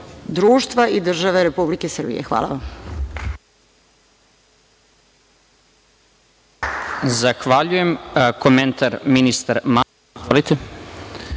društva i države Republike Srbije. Hvala vam.